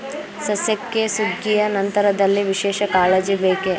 ಸಸ್ಯಕ್ಕೆ ಸುಗ್ಗಿಯ ನಂತರದಲ್ಲಿ ವಿಶೇಷ ಕಾಳಜಿ ಬೇಕೇ?